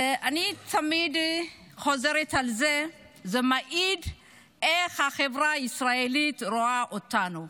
אני תמיד חוזרת על זה שזה מעיד איך החברה הישראלית רואה אותנו,